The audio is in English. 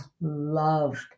loved